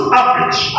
average